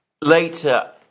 later